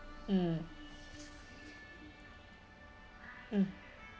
mm mm